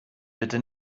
bitte